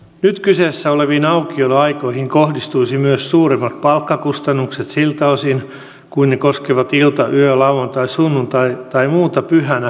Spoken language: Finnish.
nyt kyseessä oleviin aukioloaikoihin kohdistuisi myös suuremmat palkkakustannukset siltä osin kun ne koskevat ilta yö lauantai sunnuntai tai muuta pyhänä tehtävää työtä